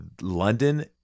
london